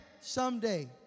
someday